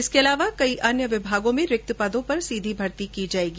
इसके अलावा कई विभागों में रिक्त पदों पर सीधी भर्ती की जाएगी